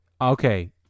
Okay